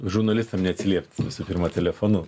žurnalistam neatsiliept visų pirma telefonu